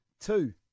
two